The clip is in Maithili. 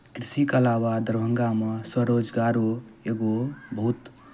कृषिके अलावा दरभंगामे स्वरोजगारो एगो बहुत